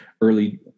early